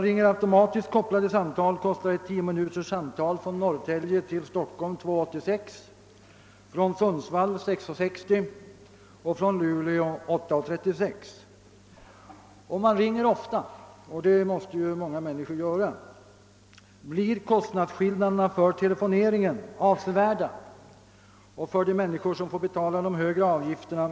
Ringer man automatiskt kopplade samtal kostar ett tio minuters samtal från Norrtälje till Stockholm 2:86, från Sundsvall 6:60 och från Luleå 8: 36 kr. Om man ringer ofta — och det måste många människor göra — blir kostnadsskillnaderna för telefoneringen avsevärda och mycket kännbara för de människor som får betala de högre avgifterna.